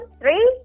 three